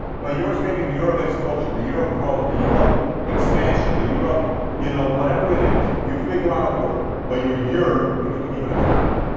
but yours may be the year of explosion, the year of growth, the year of expansion, the year of you know, whatever it is. you figure out a word. but your year, you need to give it a title.